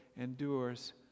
endures